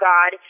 God